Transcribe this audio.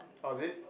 orh is it